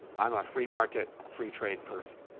i'm a free market free trade person.